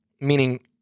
meaning